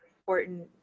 important